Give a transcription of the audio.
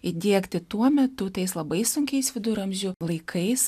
įdiegti tuo metu tais labai sunkiais viduramžių laikais